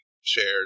shared